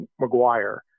McGuire